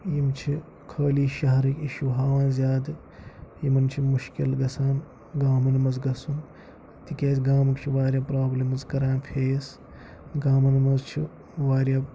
یِم چھِ خٲلی شہرٕکۍ اِشوٗ ہاوان زیادٕ یِمَن چھِ مُشکِل گَژھان گامَن منٛز گَژھُن تِکیٛازِ گامٕکۍ چھِ وارِیاہ پرٛابلِمٕز کَران فیس گامَن منٛز چھِ وارِیاہ